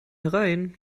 herein